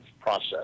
process